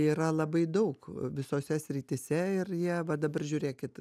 yra labai daug visose srityse ir jie va dabar žiūrėkit